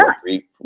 three